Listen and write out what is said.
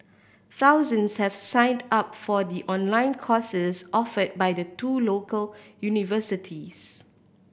thousands have signed up for the online courses offered by the two local universities